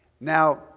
Now